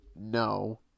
no